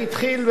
זה התחיל,